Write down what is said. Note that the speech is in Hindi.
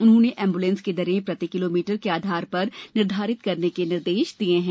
उन्होंने एम्बुलेंस की दरें प्रति किलो मीटर के आधार पर निर्धारित करने के निर्देश दिए हैं